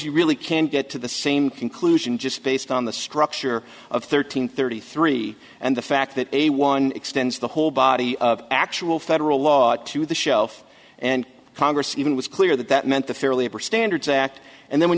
you really can't get to the same conclusion just based on the structure of thirteen thirty three and the fact that a one extends the whole body of actual federal law to the shelf and congress even was clear that that meant the fairly ever standards act and then when